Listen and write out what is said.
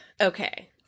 Okay